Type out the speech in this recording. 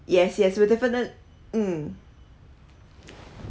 yes yes we'll definite mm